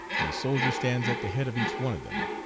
a soldier stands at the head of each one of them.